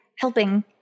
helping